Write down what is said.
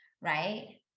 right